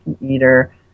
eater